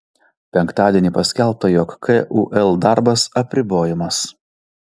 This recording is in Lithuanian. penktadienį paskelbta jog kul darbas apribojamas